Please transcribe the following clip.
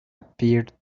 appeared